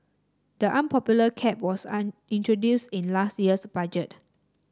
the unpopular cap was an introduced in last year's budget